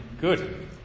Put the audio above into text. Good